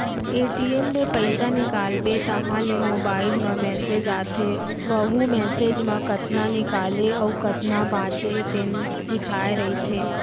ATM ले पइसा निकालबे तहाँ ले मोबाईल म मेसेज आथे वहूँ मेसेज म कतना निकाले अउ कतना बाचे हे तेन लिखाए रहिथे